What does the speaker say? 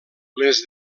les